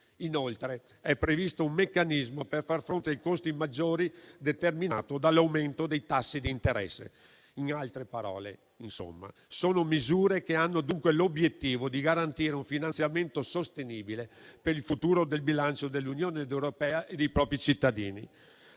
Inoltre, è previsto un meccanismo per far fronte ai costi maggiori determinato dall'aumento dei tassi di interesse. In altre parole, insomma, si tratta di misure che hanno l'obiettivo di garantire un finanziamento sostenibile per il futuro del bilancio dell'Unione europea e dei propri cittadini.